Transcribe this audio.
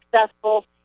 successful